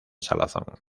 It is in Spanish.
salazón